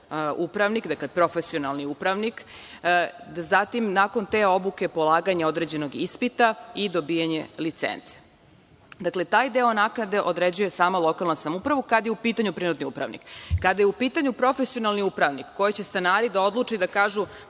upravnik, dakle profesionalni upravnik, da zatim, nakon te obuke polaganja određenog ispita i dobijanje licence. Dakle, taj deo naknade određuje sama lokalna samouprava, kada je u pitanju privatni upravnik. Kada je u pitanju profesionalni upravnik koji će stanari da odluče i da kažu